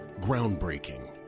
Groundbreaking